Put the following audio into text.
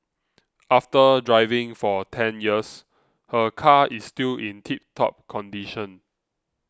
after driving for ten years her car is still in tip top condition